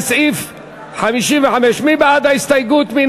לסעיף 55. מי בעד ההסתייגות?